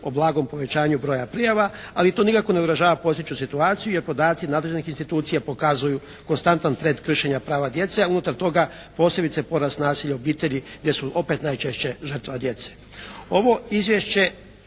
o blagom povećanju broja prijava, ali to nikako ne ugrožava postojeću situaciju, jer podaci nadležnih institucija pokazuju konstantan trend kršenja prava djece, a unutar toga posebice porast nasilja u obitelji gdje su opet najčešće žrtva djece.